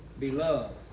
Beloved